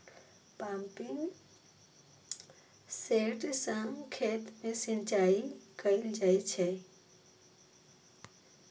pumping set सं खेत मे सिंचाई कैल जाइ छै